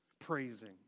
praising